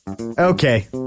Okay